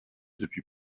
depuis